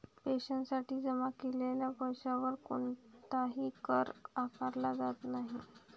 पेन्शनसाठी जमा केलेल्या पैशावर कोणताही कर आकारला जात नाही